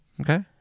Okay